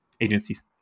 agencies